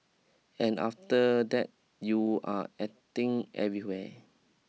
and after that you are aching everywhere